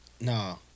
No